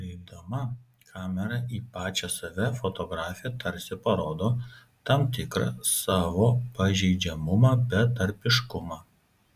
nukreipdama kamerą į pačią save fotografė tarsi parodo tam tikrą savo pažeidžiamumą betarpiškumą